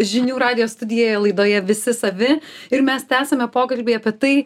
žinių radijo studijoje laidoje visi savi ir mes tęsiame pokalbį apie tai